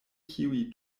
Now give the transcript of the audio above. kiuj